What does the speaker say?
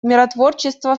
миротворчества